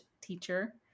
teacher